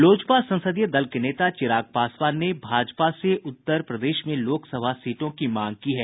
लोजपा संसदीय दल के नेता चिराग पासवान ने भाजपा से उत्तर प्रदेश में लोकसभा सीटों की मांग की है